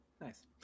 nice